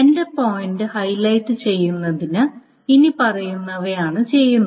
എന്റെ point highlight ചെയ്യുന്നതിന് ഇനിപ്പറയുന്നവയാണ് ചെയ്യുന്നത്